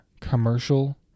commercial